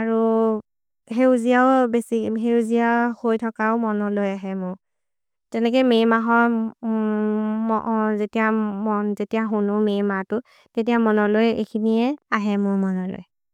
अरु हेउजेअ होइ थकओ मनलो अहे मु। जनके मेइ महत् जेतिय होनु मेइ महतु। तेतिय मनलो ए एकिनि ए अहे मु मनलो ए।